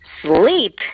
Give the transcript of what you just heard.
Sleep